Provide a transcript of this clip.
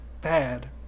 bad